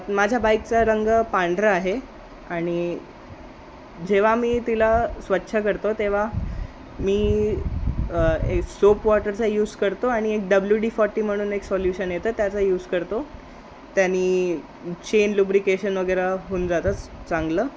माझ्या बाईकचा रंग पांढरा आहे आणि जेव्हा मी तिला स्वच्छ करतो तेव्हा मी एक सोप वॉटरचा यूज करतो आणि एक डब्ल्यू डी फॉर्टी म्हणून एक सोल्यूशन येतं त्याचा यूज करतो त्याने चेन लुब्रिकेशन वगैरे होऊन जातंच चांगलं